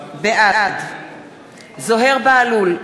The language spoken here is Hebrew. בעד זוהיר בהלול,